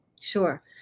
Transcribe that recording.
Sure